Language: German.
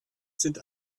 sind